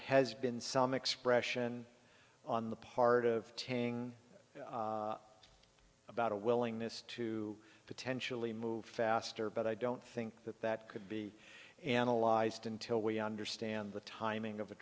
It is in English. has been some expression on the part of tang about a willingness to potentially move faster but i don't think that that could be analyzed until we understand the timing of the